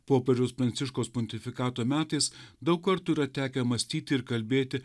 popiežiaus pranciškaus pontifikato metais daug kartų yra tekę mąstyti ir kalbėti